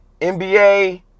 NBA